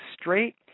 straight